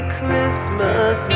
Christmas